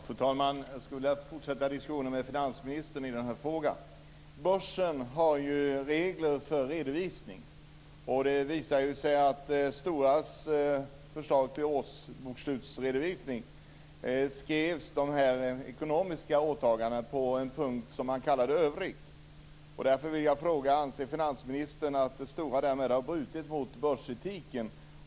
Fru talman! Jag skulle vilja fortsätta diskussionen med finansministern i den här frågan. Börsen har ju regler för redovisning. Det har visat sig att i Storas förslag till årsbokslut skrevs de ekonomiska åtagandena under en punkt som man kallade "övrigt". Anser finansministern att Stora därmed har brutit mot börsetiken?